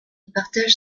partage